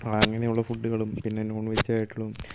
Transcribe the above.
അങ്ങനെയുള്ള ഫുഡുകളും പിന്നെ നോൺ വെജ്ജായിട്ടുള്ളതും